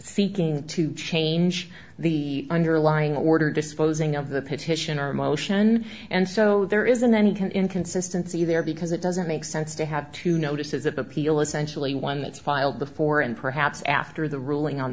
seeking to change the underlying order disposing of the petition or motion and so there is an end inconsistency there because it doesn't make sense to have two notices of appeal essentially one that's filed before and perhaps after the ruling on